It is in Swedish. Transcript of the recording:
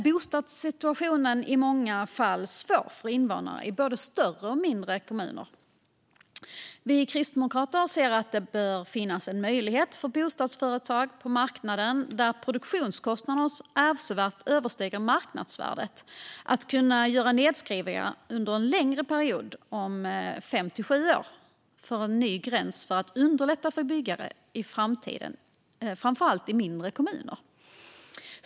Bostadssituationen är i många fall svår för invånare i både större och mindre kommuner. Vi kristdemokrater anser att det bör finnas en möjlighet för bostadsföretag på marknader där produktionskostnaden avsevärt överstiger marknadsvärdet att göra nedskrivningen under en längre period om fem till sju år som en ny gräns för att underlätta för byggande i framtiden, framför allt i mindre kommuner.